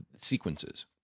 sequences